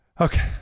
okay